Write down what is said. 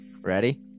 Ready